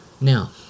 Now